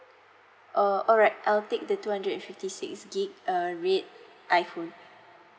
oh alright I'll take the two hundred and fifty six G_B err red iphone